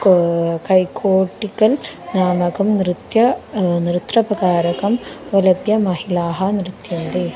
खो खैखोटिकल् नामकं नृत्यं नृत्यप्रकारकम् अवलंभ्य महिलाः नृत्यन्ते